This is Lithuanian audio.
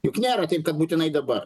juk nėra taip būtinai dabar